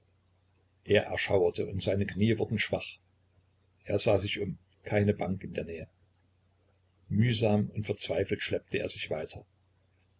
er erschauerte und seine knie wurden schwach er sah sich um keine bank in der nähe mühsam und verzweifelt schleppte er sich weiter